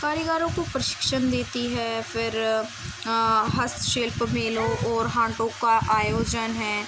کاریگاروں کو پرشکشن دیتی ہے پھر ہست شلپ میلوں اور ہانٹوں کا آیوجن ہے